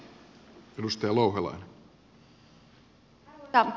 arvoisa puhemies